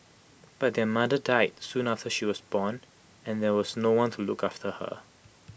but their mother died soon after she was born and there was no one to look after her